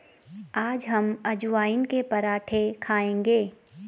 आज हम अजवाइन के पराठे खाएंगे